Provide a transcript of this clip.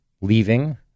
leaving